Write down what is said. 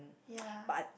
ya